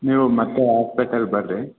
ನೀವು ಮತ್ತೆ ಹಾಸ್ಪಿಟಲ್ ಬನ್ರಿ